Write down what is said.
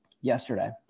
yesterday